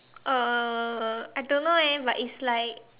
uh I don't know eh but it's like